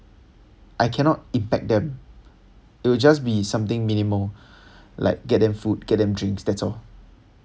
I cannot impact them it will just be something minimal like get them food get them drinks that's all